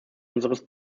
unseres